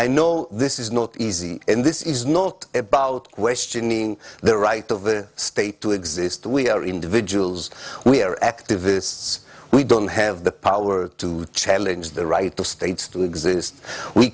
i know this is not easy in this is not about questioning the right of the state to exist we are individuals we are activists we don't have the power to challenge the right of states to exist we